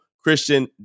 Christian